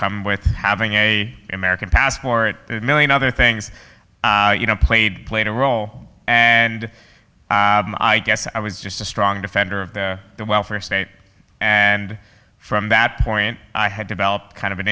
come with having an american passport one million other things you know played played a role and i guess i was just a strong defender of the welfare state and from that point i had developed kind of an